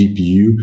GPU